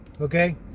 okay